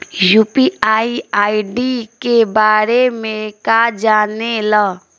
UPI ID के बारे में का जाने ल?